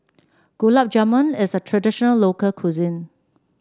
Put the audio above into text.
Gulab Jamun is a traditional local cuisine